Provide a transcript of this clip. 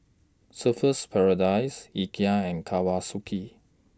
Surfer's Paradise Ikea and Kawasaki